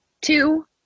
two